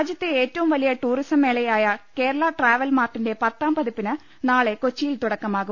രാജ്യത്തെ ഏറ്റവും വലിയ ടൂറിസം മേളയായ കേരള ട്രാവൽ മാർട്ടിന്റെ പത്താം പതിപ്പിന് നാളെ കൊച്ചിയിൽ തുടക്കമാവും